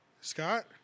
Scott